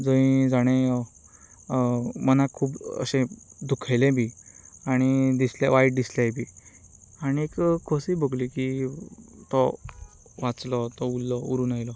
जंय जांणी मनाक खूब अशें दुखयलें बी आनी दिसलें वायट दिसलेंय बी आनी खोशी भोगली की तो वाचलो तो उरलो उरून येयलो